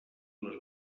les